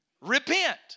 Repent